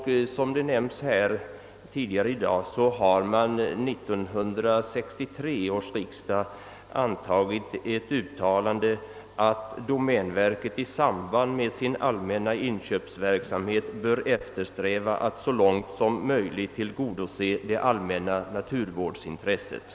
Såsom förut nämnts antog 1963 års riksdag ett uttalande att domänverket i samband med sin allmänna inköpsverksamhet bör eftersträva att så långt som möjligt tillgodose det allmänna naturvårdsintresset.